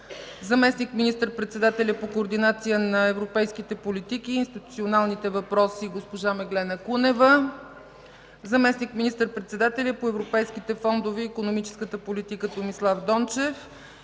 заместник министър-председателят по координация на европейските политики и институционалните въпроси госпожа Меглена Кунева, заместник министър-председателят по европейските фондове и икономическата политика господин Томислав Дончев